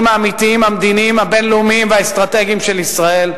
האמיתיים המדיניים הבין-לאומיים והאסטרטגיים של ישראל,